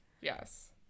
Yes